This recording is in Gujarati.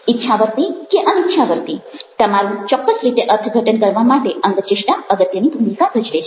ઈચ્છાવર્તી કે અનીચ્છાવર્તી તમારું ચોક્કસ રીતે અર્થઘટન કરવા માટે અંગચેષ્ટા અગત્યની ભૂમિકા ભજવે છે